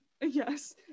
Yes